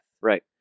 Right